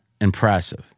Impressive